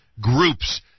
groups